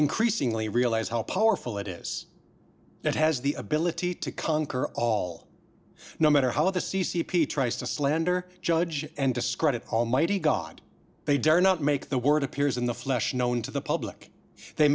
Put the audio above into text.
increasingly realize how powerful it is it has the ability to conquer all no matter how the c c p tries to slander judge and discredit almighty god they dare not make the word appears in the flesh known to the public they